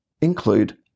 include